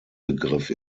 begriff